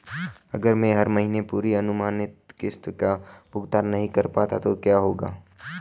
अगर मैं हर महीने पूरी अनुमानित किश्त का भुगतान नहीं कर पाता तो क्या होगा?